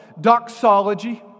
Doxology